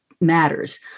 matters